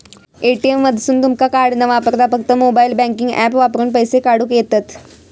ATM मधसून तुमका card न वापरता फक्त मोबाईल बँकिंग ऍप वापरून पैसे काढूक येतंत